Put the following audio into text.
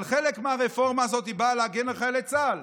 אבל חלק מהרפורמה הזאת בא להגן על חיילי צה"ל.